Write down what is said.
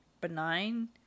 benign